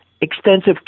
extensive